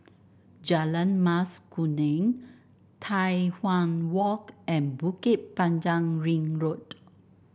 Jalan Mas Kuning Tai Hwan Walk and Bukit Panjang Ring Road